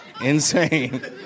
insane